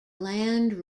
land